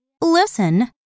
Listen